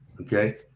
Okay